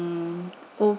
mm